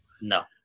No